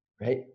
right